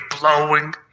blowing